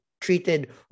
treated